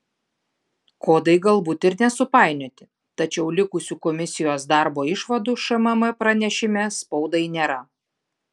kodai galbūt ir nesupainioti tačiau likusių komisijos darbo išvadų šmm pranešime spaudai nėra